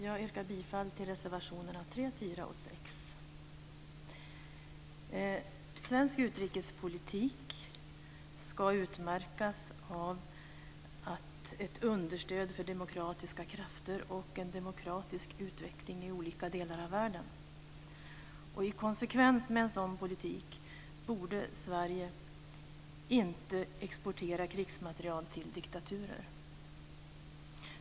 Jag yrkar bifall till reservationerna 3, Svensk utrikespolitik ska utmärkas av ett understöd av demokratiska krafter och en demokratisk utveckling i olika delar av världen. I konsekvens med en sådan politik borde inte Sverige exportera krigsmateriel till diktaturer.